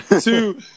Two